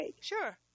Sure